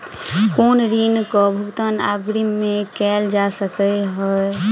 की ऋण कऽ भुगतान अग्रिम मे कैल जा सकै हय?